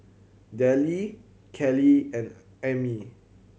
Dellie Keli and Ami